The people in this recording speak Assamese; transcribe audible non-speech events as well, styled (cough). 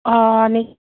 অঁ (unintelligible)